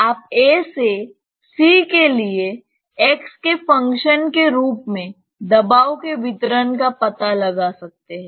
तो आप A से C के लिए x के फ़ंक्शन के रूप में दबाव के वितरण का पता लगा सकते हैं